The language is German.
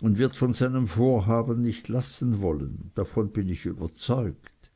und wird von seinem vorhaben nicht lassen wollen davon bin ich überzeugt